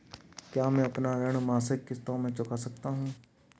क्या मैं अपना ऋण मासिक किश्तों में चुका सकता हूँ?